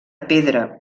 pedra